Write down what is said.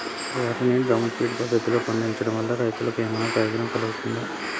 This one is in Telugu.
వరి ని డ్రమ్ము ఫీడ్ పద్ధతిలో పండించడం వల్ల రైతులకు ఏమన్నా ప్రయోజనం కలుగుతదా?